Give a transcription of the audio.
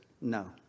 No